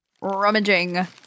Rummaging